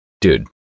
dude